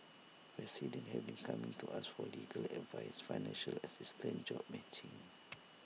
residents have been coming to us for legal advice financial assistance job matching